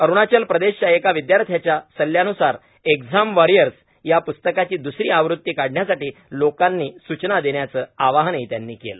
अरूणाचल प्रदेशच्या एका विदार्थ्यांच्या सल्ल्यान्सार एक्झाम वारियर्स या प्स्तकाची द्सरी अवृती काढण्यासाठी लोकांनी सूचना देण्याचं आवाहन त्यांनी केलं